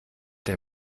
der